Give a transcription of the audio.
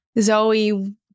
Zoe